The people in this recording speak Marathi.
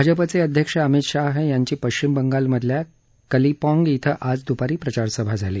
भाजपाचे अध्यक्ष अमित शाह यांची पश्चिम बंगालमधल्या कलिम्पाँग इथं आज द्पारी प्रचारसभा झाली